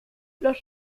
los